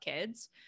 kids